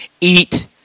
eat